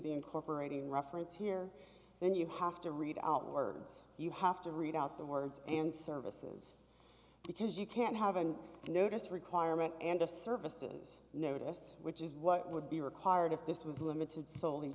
the incorporating reference here then you have to read out words you have to read out the words and services because you can't haven't noticed requirement and a services notice which is what would be required if this was limited sol